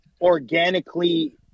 organically